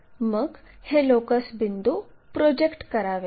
मग हे लोकस बिंदू प्रोजेक्ट करावेत